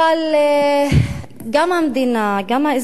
וחיים כץ, הצעת חוק מבקר המדינה (תיקון מס' 45)